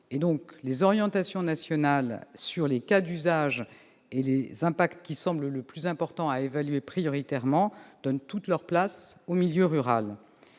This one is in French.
Les orientations nationales sur les cas d'usage et les impacts à évaluer prioritairementdonnent toute leur place au milieu rural.